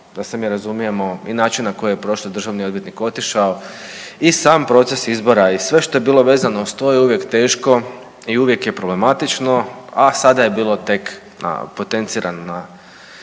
da se mi razumijemo i način na koji je prošli državni odvjetnik otišao i sam proces izbora i sve što je bilo vezano uz to je uvijek teško i uvijek je problematično, a sada je bilo tek potencirano na